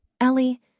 Ellie